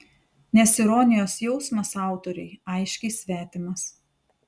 nes ironijos jausmas autoriui aiškiai svetimas